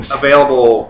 available